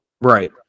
Right